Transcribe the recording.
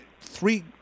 three